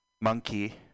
Monkey